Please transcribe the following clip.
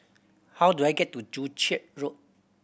how do I get to Joo Chiat Road